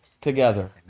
together